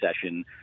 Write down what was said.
session